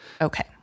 Okay